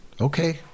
Okay